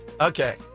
Okay